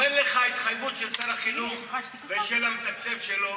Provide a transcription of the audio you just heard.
אומר לך: התחייבות של שר החינוך ושל המתקצב שלו